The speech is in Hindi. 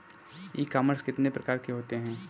ई कॉमर्स कितने प्रकार के होते हैं?